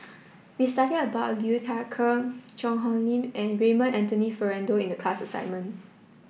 we studied about Liu Thai Ker Cheang Hong Lim and Raymond Anthony Fernando in the class assignment